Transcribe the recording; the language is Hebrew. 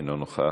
אינו נוכח.